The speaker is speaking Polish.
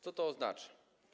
Co to oznacza?